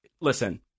listen